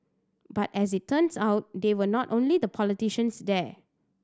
but as it turns out they were not only the politicians there